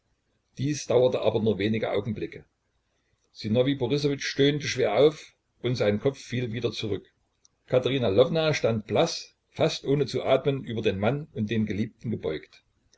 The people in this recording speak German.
dies dauerte aber nur wenige augenblicke sinowij borissowitsch stöhnte schwer auf und sein kopf fiel wieder zurück katerina lwowna stand blaß fast ohne zu atmen über den mann und den geliebten gebeugt